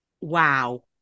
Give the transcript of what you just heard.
Wow